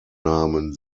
namen